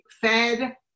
fed